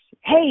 Hey